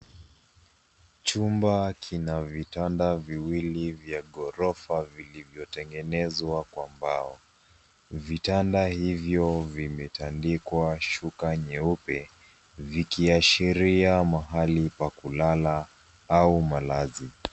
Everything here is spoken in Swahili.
Chumba kina vitanda viwili vya ghorofa vilivyotengenezwa kwa mbao. Vitanda hivyo vimetandikwa shuka nyeupe, vikiashiria mahali pa kulala au malazi.